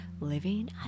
living